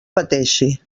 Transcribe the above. pateixi